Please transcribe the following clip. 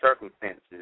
circumstances